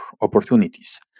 opportunities